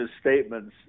statements